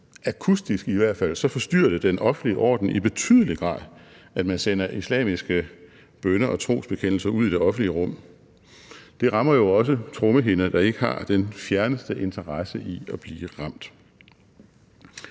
akustisk i hvert fald forstyrrer den offentlige orden i betydelig grad, at man sender islamiske bønner og trosbekendelser ud i det offentlige rum. Det rammer jo også trommehinder, der ikke har den fjerneste interesse i at blive ramt.